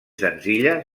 senzilla